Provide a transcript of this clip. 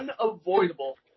unavoidable